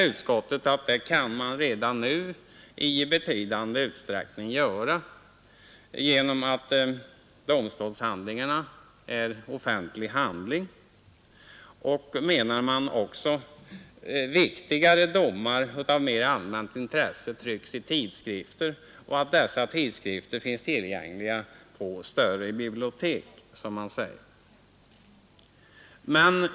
Utskottet anser att man i betydande utsträckning kan göra det redan nu, eftersom domstolshandlingarna är offentliga och viktigare domar av mera allmänt intresse trycks i tidskrifter som finns tillgängliga på större bibliotek.